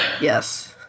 Yes